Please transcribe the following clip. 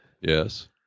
Yes